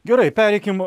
gerai pereikim